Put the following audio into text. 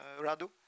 Radu